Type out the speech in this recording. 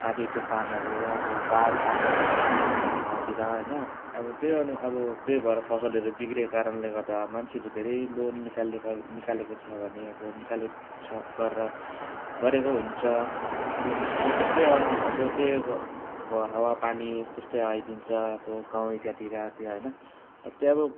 आँधी तुफानहरू अब बाढ पानीहरू छिर्छ गाउँतिर होइन अब त्यही अनु अब त्यही भएर फसलहरू बिग्रिएको कारणले गर्दा मान्छेहरू धेरै लोन निकाल्ने निकालेको छ भने अब निकाल्यो छ गरेर गरेको हुन्छ अनि अब त्यस्तै अनु अब त्यही अब हावापानी त्यस्तै आइदिन्छ अब गाउँ इत्यादितिर त्यहाँ होइन हो त्यो अब